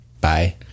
bye